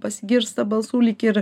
pasigirsta balsų lyg ir